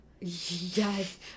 Yes